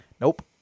nope